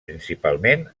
principalment